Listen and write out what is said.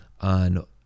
on